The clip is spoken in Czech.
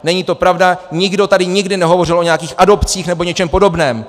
Není to pravda, nikdo tady nikdy nehovořil o nějakých adopcích nebo něčem podobném.